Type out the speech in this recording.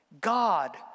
God